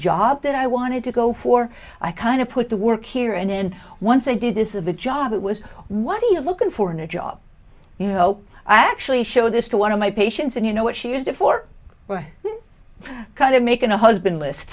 job that i wanted to go for i kind of put the work here and then once i did this of a job it was what do you looking for in a job you know i actually showed this to one of my patients and you know what she used it for kind of making a husband list